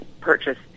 purchase